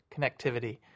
connectivity